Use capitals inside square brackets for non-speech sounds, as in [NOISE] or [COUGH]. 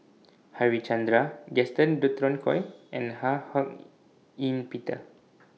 Harichandra Gaston Dutronquoy and Ho Hak [HESITATION] Ean Peter